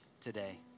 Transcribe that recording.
today